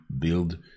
build